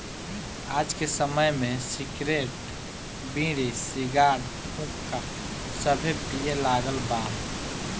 आज के समय में सिगरेट, बीड़ी, सिगार, हुक्का सभे पिए लागल बा